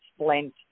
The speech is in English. splint